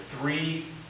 three